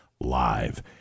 live